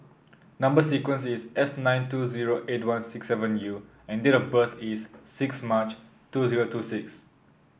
number sequence is S nine two zero eight one six seven U and date of birth is six March two zero two six